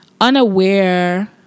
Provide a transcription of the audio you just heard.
unaware